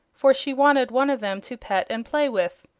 for she wanted one of them to pet and play with.